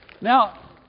Now